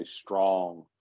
strong